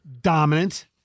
Dominant